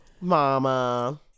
Mama